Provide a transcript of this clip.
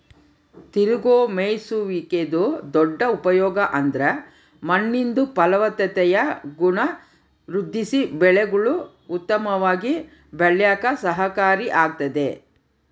ತಿರುಗೋ ಮೇಯ್ಸುವಿಕೆದು ದೊಡ್ಡ ಉಪಯೋಗ ಅಂದ್ರ ಮಣ್ಣಿಂದು ಫಲವತ್ತತೆಯ ಗುಣ ವೃದ್ಧಿಸಿ ಬೆಳೆಗುಳು ಉತ್ತಮವಾಗಿ ಬೆಳ್ಯೇಕ ಸಹಕಾರಿ ಆಗ್ತತೆ